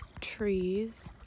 trees